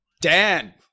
dan